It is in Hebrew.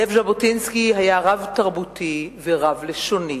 זאב ז'בוטינסקי היה רב-תרבותי ורב-לשוני.